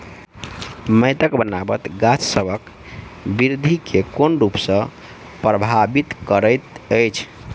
माइटक बनाबट गाछसबक बिरधि केँ कोन रूप सँ परभाबित करइत अछि?